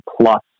plus